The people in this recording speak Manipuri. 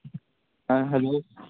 ꯑꯥ ꯍꯜꯂꯣ